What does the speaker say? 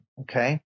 Okay